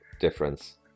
difference